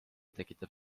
tekitab